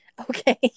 okay